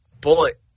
bullet